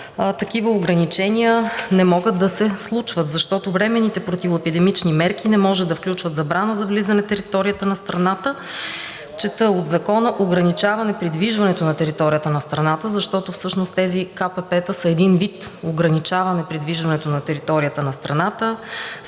такива ограничения не могат да се случват, защото временните противоепидемични мерки не може да включват забрана за влизане в територията на страната. Чета от Закона: „Ограничаване придвижването на територията на страна… – защото всъщност тези КПП-та са един вид ограничаване придвижването на територията на страната